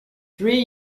three